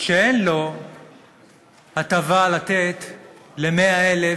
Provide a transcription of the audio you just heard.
שאין לו הטבה לתת ל-100,000